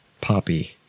poppy